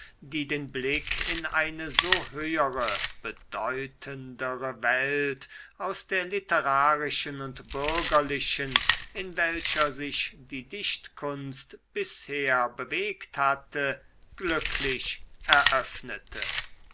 die den blick in eine so höhere bedeutendere welt aus der literarischen und bürgerlichen in welcher sich die dichtkunst bisher bewegt hatte glücklich eröffnete